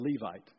Levite